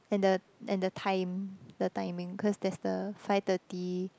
and the and the time the timing cause there's the five thirty